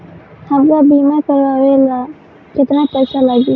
हमका बीमा करावे ला केतना पईसा लागी?